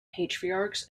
patriarchs